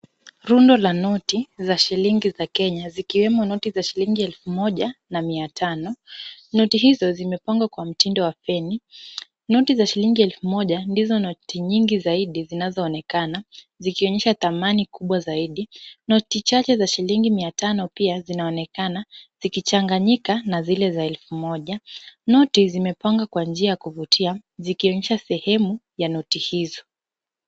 Rundo la noti za shilingi za Kenya, zikiwemo noti za shilingi elfu moja na mia tano. Noti hizo zimepangwa kwa mtindo wa feni. Noti za shilingi elfu moja ndizo noti nyingi zaidi zinazoonekana, zikionyesha thamani kubwa zaidi. Noti chache za shilingi mia tano pia zinaonekana zikichanganyika na zile za elfu moja. Noti zimepangwa kwa njia ya kuvutia, zikionyesha sehemu ya noti hizi.